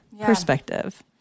perspective